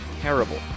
terrible